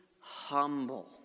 humble